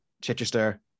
Chichester